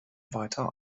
weiter